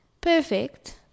perfect